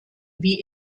wie